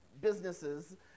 businesses